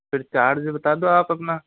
फिर चार्ज भी बता दो आप अपना